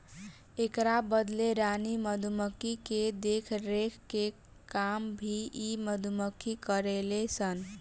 एकरा बदले रानी मधुमक्खी के देखरेख के काम भी इ मधुमक्खी करेले सन